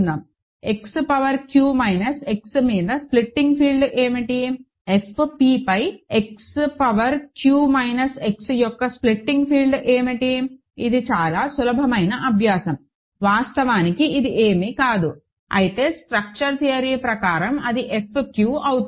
X power q minus X మీద splitting field ఏమిటి F pపై X power q minus X యొక్క splitting field ఏమిటి ఇది చాలా సులభమైన అభ్యాసం వాస్తవానికి ఇది ఏమీ కాదు అయితే స్ట్రక్చర్ థియరీ ప్రకారం ఇది F q అవుతుంది